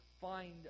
find